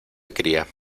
cría